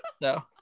No